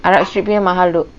arab street punya mahal doh